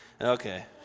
Okay